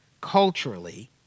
culturally